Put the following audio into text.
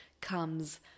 comes